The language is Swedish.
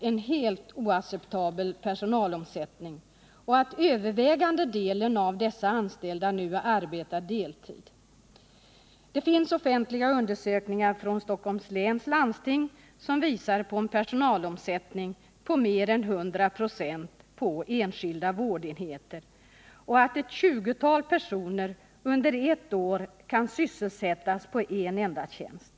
en helt oacceptabel personalomsättning och att övervägande delen av dessa anställda nu arbetar deltid. Det finns offentliga undersökningar från Stockholms läns landsting som visar på en personalomsättning på mer än 100 26 inom enskilda vårdenheter och att ett 20-tal personer under ett år kan sysselsättas på en enda tjänst.